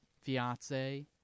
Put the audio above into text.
fiance